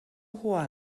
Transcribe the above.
hoher